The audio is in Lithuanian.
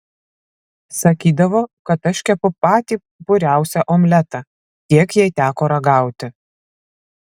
sakydavo kad aš kepu patį puriausią omletą kiek jai teko ragauti